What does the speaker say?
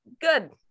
good